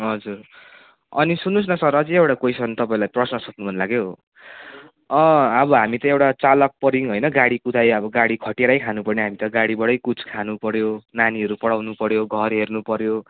हजुर अनि सुन्नु होस् न सर अझै एउटा क्वेसन तपाईँलाई प्रश्न सोध्नु मन लाग्यो अब हामी त एउटा चालक पर्यौँ होइन अब गाडी कुदाइ अब गाडी खटेरै खानु पर्ने हामी त गाडीबाटै कुछ खानु पर्यो नानीहरू पढाउनु पर्यो घर हेर्नु पर्यो